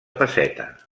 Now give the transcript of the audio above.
pesseta